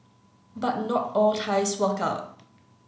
but not all ties work out